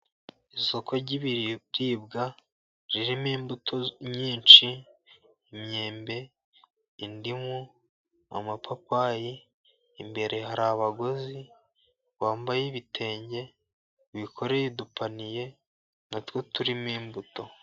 Isoko ry'ibiribwa ririmo imbuto nyinshi, imyembe, indimu, amapapayi, imbere hari abaguzi bambaye ibitenge, bikoreye udupaniye na two turimo imbuto.